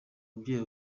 mubyeyi